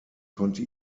konnte